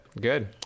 good